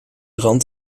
rand